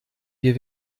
wir